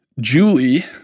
Julie